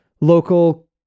local